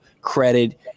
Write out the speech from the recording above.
Credit